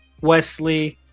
Wesley